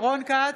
רון כץ,